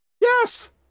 Yes